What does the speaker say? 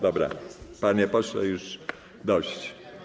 Dobra, panie pośle, już dość.